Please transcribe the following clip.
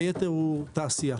והיתר הוא תעשייה.